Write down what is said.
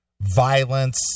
violence